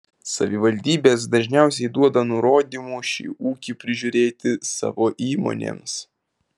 savivaldybės dažniausiai duoda nurodymų šį ūkį prižiūrėti savo įmonėms